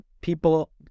people